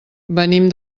venim